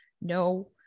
no